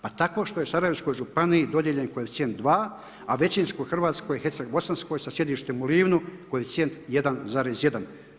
Pa tako što je Sarajevskoj županiji dodijeljen koeficijent 2, a većinskoj Hrvatskoj Herceg Bosanskoj sa sjedištem u Livnu koeficijent 1,1.